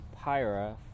pyra